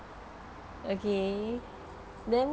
okay then